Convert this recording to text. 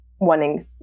wanting